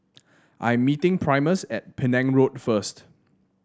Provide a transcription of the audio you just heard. I'm meeting Primus at Penang Road first